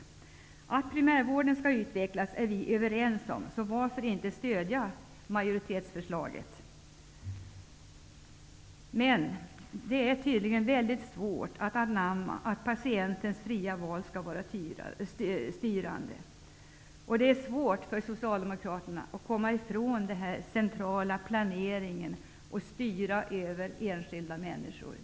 Vi är överens om att primärvården skall utvecklas -- varför då inte stödja majoritetsförslaget? Det är tydligen väldigt svårt att anamma tanken att patientens fria val skall vara styrande. Det är svårt för Socialdemokraterna att komma ifrån den centrala planeringen och styrningen av enskilda människor.